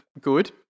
good